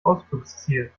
ausflugsziel